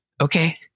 okay